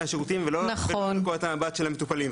השירותים ולא מנקודת המבט של המטופלים,